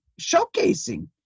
showcasing